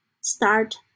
start